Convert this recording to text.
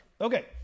Okay